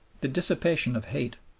the dissipation of hate,